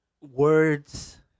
words